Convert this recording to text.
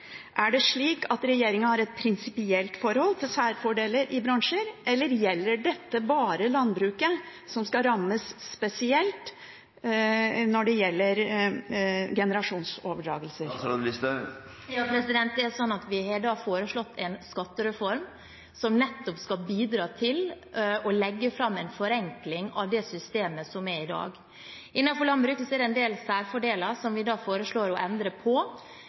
Er det slik at regjeringen har et prinsipielt forhold til særfordeler i bransjer, eller gjelder dette bare landbruket, som skal rammes spesielt når det gjelder generasjonsoverdragelser? Det er sånn at vi har foreslått en skattereform som nettopp skal bidra til en forenkling av det systemet som vi har i dag. Innenfor landbruket er det en del særfordeler, som vi foreslår å endre på.